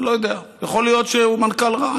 אני לא יודע, יכול להיות שהוא מנכ"ל רע.